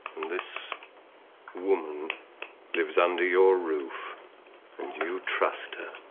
this woman lives under your roof? and you trust her?